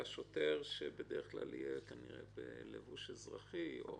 והשוטר שבדרך כלל יהיה כנראה בלבוש אזרחי או